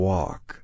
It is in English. Walk